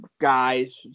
guys